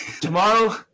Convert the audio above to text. Tomorrow